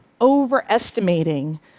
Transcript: overestimating